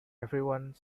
everyone